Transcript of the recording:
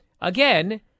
again